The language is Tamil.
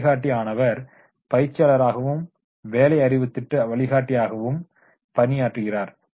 ஒரு வழிகாட்டி ஆனவர் பயிற்சியாளராகவும் வேலை அறிவு திட்ட வழிகாட்டியாகவும் பணியாற்றுகிறார்